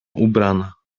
ubrana